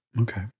Okay